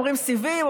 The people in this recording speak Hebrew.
אומרים סיבים,